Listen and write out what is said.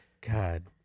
God